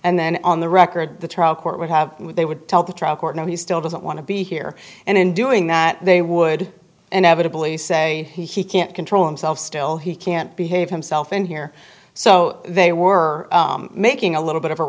and then on the record the trial court would have they would tell the trial court no he still doesn't want to be here and in doing that they would inevitably say he can't control himself still he can't behave himself in here so they were making a little bit of a